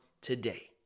today